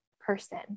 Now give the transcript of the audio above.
person